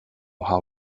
how